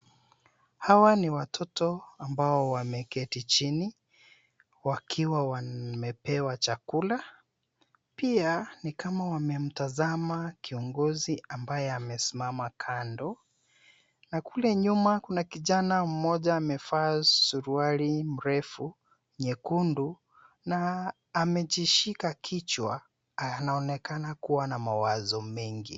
Hawa ni watoto ambao wameketi chini. Wakiwa wamepewa chakula. Pia ni kama wamemtazama kiongozi ambaye amesimama kando, na kule nyuma kuna kijana mmoja amevaa suruali mrefu nyekundu na amejishika kichwa, anaonekana kuwa na mawazo mengi.